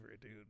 dude